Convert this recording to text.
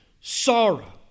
sorrow